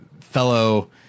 fellow